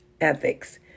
ethics